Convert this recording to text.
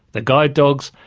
the guide dogs,